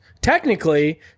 Technically